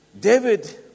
David